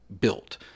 built